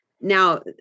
Now